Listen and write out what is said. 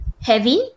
heavy